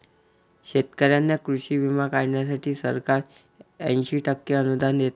शेतकऱ्यांना कृषी विमा काढण्यासाठी सरकार ऐंशी टक्के अनुदान देते